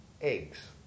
eggs